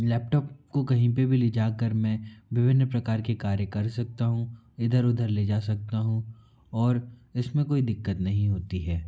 laptop को कहीं पर भी ले जाकर में विभिन्न प्रकार के कार्य कर सकता हूँ इधर उधर ले जा सकता हूँ और इसमें कोई दिक्कत नहीं होती है